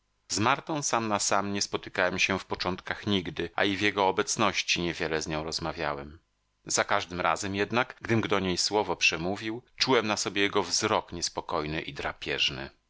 z martą sam na sam nie spotykałem się w początkach nigdy a i w jego obecności nie wiele z nią rozmawiałem za każdym razem jednak gdym do niej słowo przemówił czułem na sobie jego wzrok niespokojny i drapieżny